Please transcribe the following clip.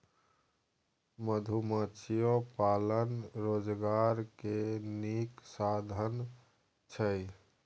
मधुमाछियो पालन रोजगार के नीक साधन छइ